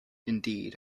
indeed